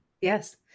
Yes